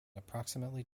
approximately